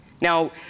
Now